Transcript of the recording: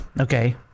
okay